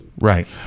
Right